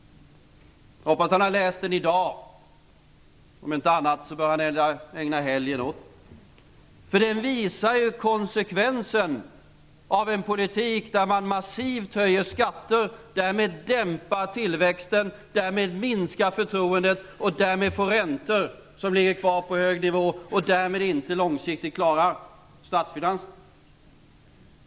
Jag hoppas att han har läst den nu. Om inte annat bör han ägna helgen åt den. OECD-rapporten visar på konsekvensen av en politik där man massivt höjer skatter. Därmed dämpas tillväxten, förtroendet minskar, räntorna ligger kvar på en hög nivå och statsfinanserna klaras inte av långsiktigt.